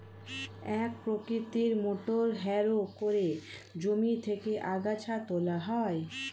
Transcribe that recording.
এক প্রকৃতির motor harrow করে জমি থেকে আগাছা তোলা হয়